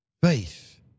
Faith